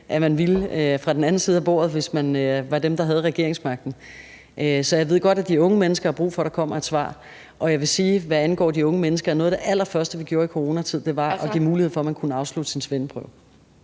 at man ville fra den anden side af salen, hvis man var dem, der havde regeringsmagten. Jeg ved godt, at de unge mennesker har brug for, at der kommer et svar, og jeg vil sige, at hvad angår de unge mennesker, var noget af det allerførste, vi gjorde i coronakrisen, at give mulighed for, at man kunne afslutte sin svendeprøve.